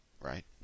right